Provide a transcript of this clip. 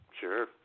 Sure